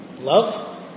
Love